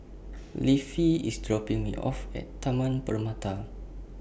Leafy IS dropping Me off At Taman Permata